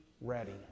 ready